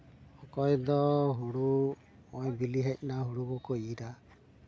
ᱚᱠᱚᱭ ᱫᱚ ᱦᱳᱲᱳ ᱱᱚᱜᱼᱚᱭ ᱵᱤᱞᱤ ᱦᱮᱡ ᱮᱱᱟ ᱦᱳᱲᱳ ᱠᱚᱠᱚ ᱤᱨᱟ